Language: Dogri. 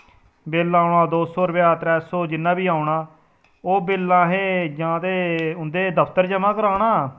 बिल औना दो सौ रपेआ त्रै सो जिन्ना बी औना ओह् बिल असें जां ते उ'न्दे दफतर ज'मा कराना